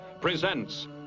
presents